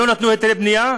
לא נתנו היתרי בנייה?